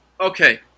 Okay